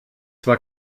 war